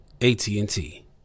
AT&T